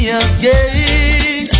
again